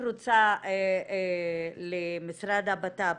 משרד הבט"פ,